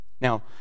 Now